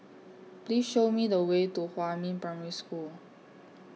Please Show Me The Way to Huamin Primary School